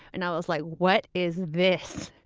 and i was like, what is this?